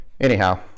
Anyhow